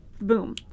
boom